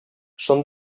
són